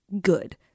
good